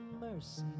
mercy